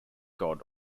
god